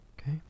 Okay